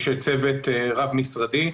יש צוות רב-משרדי,